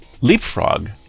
leapfrog